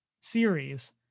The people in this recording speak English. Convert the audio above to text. series